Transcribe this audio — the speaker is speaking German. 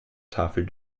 tafel